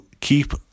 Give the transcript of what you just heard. keep